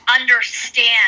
understand